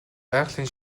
байгалийн